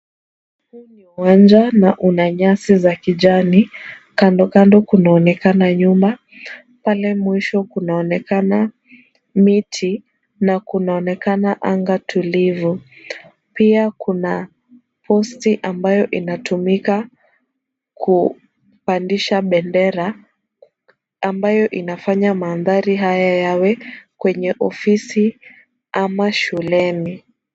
Huu ni uwanja na una nyasi za kijani. Kando kando kunaonekana nyumba. Pale mwisho kunaonekana miti na kunaonekana anga tulivu. Pia kuna posti ambayo inatumika kupandisha bendera ambayo inafanya mandhari haya yawe kwenye ofisi ama shuleni.